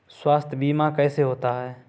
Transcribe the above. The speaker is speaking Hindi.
स्वास्थ्य बीमा कैसे होता है?